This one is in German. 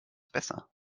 besser